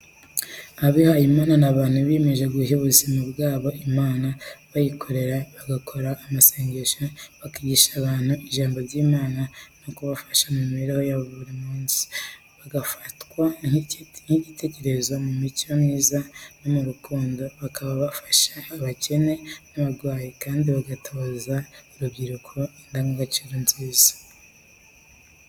Abihayimana ni abantu biyemeza guha ubuzima bwabo Imana bayikorera, bagakora amasengesho, bakigisha abantu ijambo ry’Imana no kubafasha mu mibereho ya buri munsi. Bafatwa nk’icyitegererezo mu mico myiza no mu rukundo, bakaba bafasha abakene n’abarwayi, kandi bagatoza urubyiruko indangagaciro nziza.